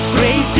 Great